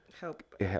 help